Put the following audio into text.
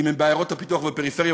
אם הם בעיירות הפיתוח והפריפריה,